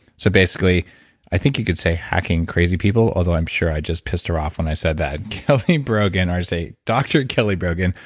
so basically i think you could say hacking crazy people, although i'm sure i just pissed her off when i said that. kelly brogan, or i say, dr. kelly brogan,